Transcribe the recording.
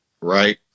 right